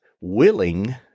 willing